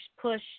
push